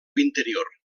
interior